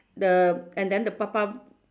the and then the papa